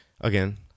again